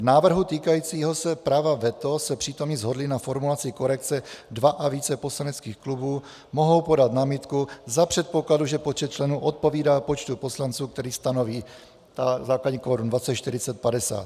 K návrhu týkajícímu se práva veto se přítomní shodli na formulaci korekce: dva a více poslaneckých klubů mohou podat námitku za předpokladu, že počet členů odpovídá počtu poslanců, který stanoví základní kvorum dvacet, čtyřicet, padesát.